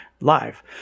live